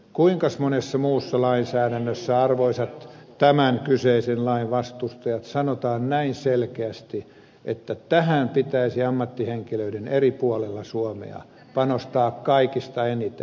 kuinkas monessa muussa lainsäädännössä arvoisat tämän kyseisen lain vastustajat sanotaan näin selkeästi että tähän pitäisi ammattihenkilöiden eri puolilla suomea panostaa kaikista eniten